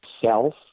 Self